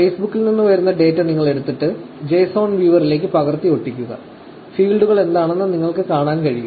Facebook ൽ നിന്ന് വരുന്ന ഡാറ്റ നിങ്ങൾ എടുത്തിട്ട് ഈ JSON വ്യൂവറിലേക്ക് പകർത്തി ഒട്ടിക്കുക ഫീൽഡുകൾ എന്താണെന്ന് നിങ്ങൾക്ക് കാണാൻ കഴിയും